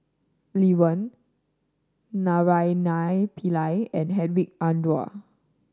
Lee Wen Naraina Pillai and Hedwig Anuar